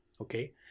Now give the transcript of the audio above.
Okay